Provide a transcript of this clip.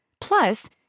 Plus